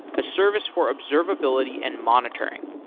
a service for observability and monitoring.